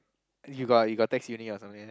you got you got text uni or something like that